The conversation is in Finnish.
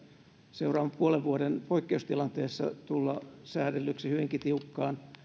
seuraavan puolen vuoden poikkeustilanteessa tulla säädellyiksi hyvinkin tiukkaan